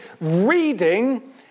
reading